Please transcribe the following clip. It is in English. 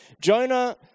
Jonah